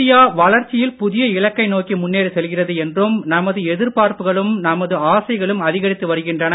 India வளர்ச்சியில் புதிய இலக்கை நோக்கி முன்னேறி செல்கிறது என்றும் நமது எதிர்பார்ப்புகளும் நமது ஆசைகளும் அதிகரித்து வருகின்றன